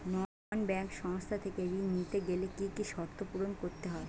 নন banking সংস্থা থেকে ঋণ নিতে গেলে কি কি শর্ত পূরণ করতে হয়?